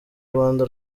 rwanda